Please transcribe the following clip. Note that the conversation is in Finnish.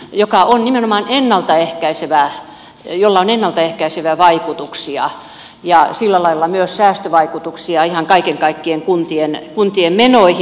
tämä on nimenomaan ennalta ehkäisevä tällä on ennalta ehkäiseviä vaikutuksia ja sillä lailla myös säästövaikutuksia ihan kaiken kaikkiaan kuntien menoihin